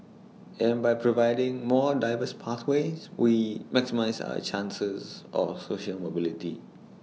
and by providing more diverse pathways we maximise our chances of social mobility